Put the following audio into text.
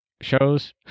shows